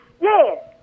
Yes